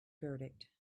verdict